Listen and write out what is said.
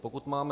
Pokud máme